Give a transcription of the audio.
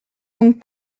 donc